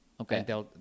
Okay